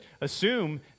assume